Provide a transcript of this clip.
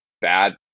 bad